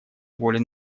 воли